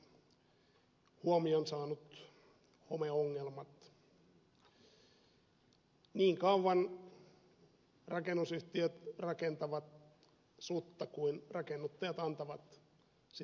niin kauan rakennusyhtiöt rakentavat sutta kuin rakennuttajat antavat sitä tehdä